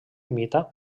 imita